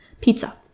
Pizza